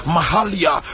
Mahalia